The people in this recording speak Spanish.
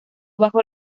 bajo